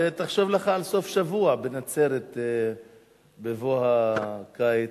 ותחשוב לך על סוף שבוע בנצרת בבוא הקיץ.